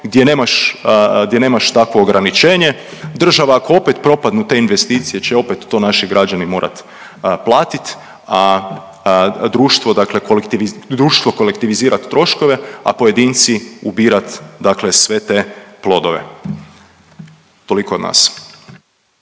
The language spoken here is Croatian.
gdje nemaš takvo ograničenje. Država ako opet propadnu te investicije će opet to naši građani morat platit, a društvo dakle kolektivi… društvo kolektivizirat troškove, a pojedinci ubirat dakle sve te plodove. Toliko od nas.